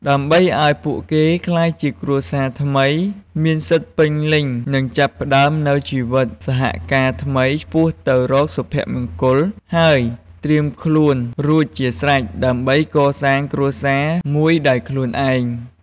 ដើម្បីឲ្យពួកគេក្លាយជាគ្រួសារថ្មីមានសិទ្ធិពេញលេញ និងចាប់ផ្ដើមនូវជីវិតសហការថ្មីឆ្ពោះទៅរកសុភមង្គល ហើយត្រៀមខ្លួនរួចជាស្រេចដើម្បីកសាងគ្រួសារមួយដោយខ្លួនឯង។